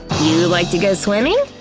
you like to go swimming?